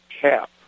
cap